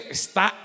está